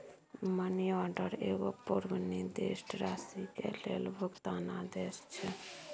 money order एगो पूर्व निर्दिष्ट राशि के लेल भुगतान आदेश छै